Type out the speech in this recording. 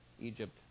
Egypt